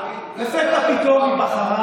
לפתע פתאום היא בחרה